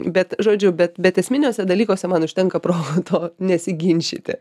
bet žodžiu bet bet esminiuose dalykuose man užtenka proto nesiginčyti